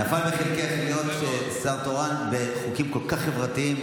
נפל בחלקך להיות שר תורן בחוקים כל כך חברתיים,